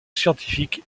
scientifique